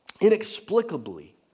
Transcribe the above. inexplicably